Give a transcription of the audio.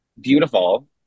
beautiful